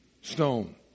Stone